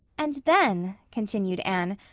and then, continued anne,